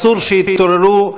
אסור שיתעוררו,